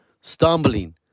stumbling